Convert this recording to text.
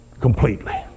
completely